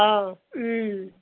অ'